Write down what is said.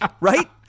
right